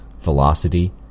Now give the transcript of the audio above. Velocity